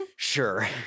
Sure